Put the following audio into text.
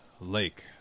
lake